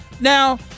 Now